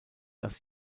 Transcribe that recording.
dass